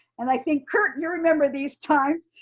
and i think kurt, you remember these times.